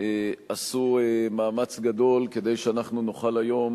עשו מאמץ גדול כדי שאנחנו נוכל היום